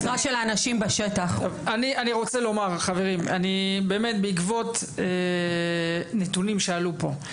אני רוצה לומר חברים, באמת בעקבות נתונים שעלו פה.